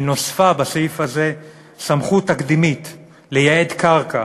נוספה בסעיף הזה סמכות תקדימית לייעד קרקע